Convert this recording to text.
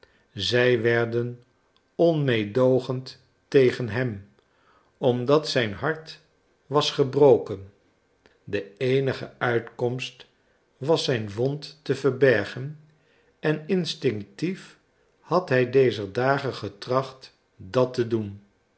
zij werden onmeedoogend tegen hem omdat zijn hart was gebroken de eenige uitkomst was zijn wond te verbergen en instinctief had hij dezer dagen getracht dat te doen